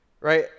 right